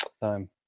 Time